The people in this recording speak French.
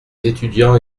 étudiants